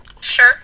Sure